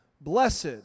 Blessed